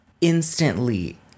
instantly